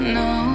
no